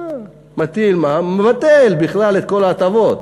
הוא מטיל מע"מ ומבטל בכלל את כל ההטבות,